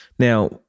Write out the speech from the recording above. Now